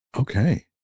Okay